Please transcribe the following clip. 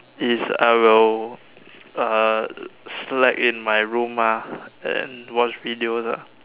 is I will uh slack in my room ah and watch videos ah